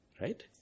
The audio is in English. right